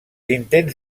intents